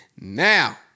Now